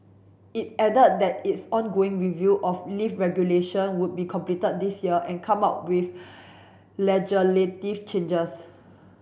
it added that its ongoing review of lift regulation would be completed this year and come out with changes